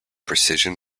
precision